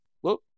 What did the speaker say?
whoop